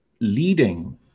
leading